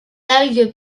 algues